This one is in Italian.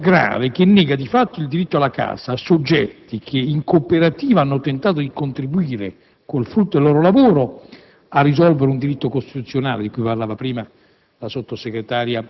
una storia grave che nega di fatto il diritto alla casa a soggetti che in cooperativa hanno tentato di contribuire, con il frutto del loro lavoro, ad esercitare un diritto costituzionale, di cui parlava prima